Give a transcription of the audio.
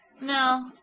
No